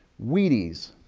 wheaties,